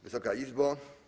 Wysoka Izbo!